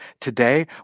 today